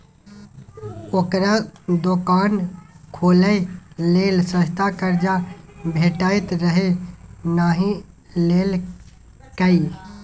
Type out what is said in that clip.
ओकरा दोकान खोलय लेल सस्ता कर्जा भेटैत रहय नहि लेलकै